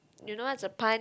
you know what's a pun